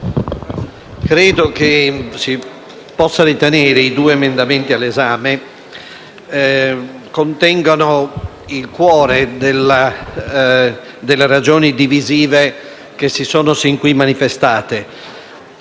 credo si possa ritenere che gli emendamenti 1.858 e 1.859 contengano il cuore delle ragioni divisive che si sono sin qui manifestate.